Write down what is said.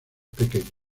pequeños